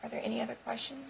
are there any other questions